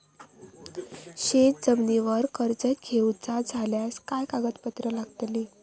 शेत जमिनीवर कर्ज घेऊचा झाल्यास काय कागदपत्र लागतली?